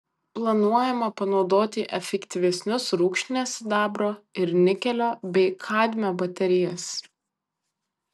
planuojama panaudoti efektyvesnius rūgštinės sidabro ir nikelio bei kadmio baterijas